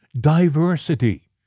diversity